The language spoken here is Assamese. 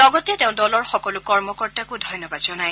লগতে তেওঁ দলৰ সকলো কৰ্মকৰ্তাকো ধন্যবাদ জনায়